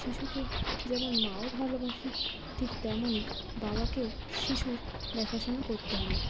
শিশুকে যেমন মাও ভালোবাসে ঠিক তেমনই বাবাকেও শিশুর দেখাশোনা করতে হবে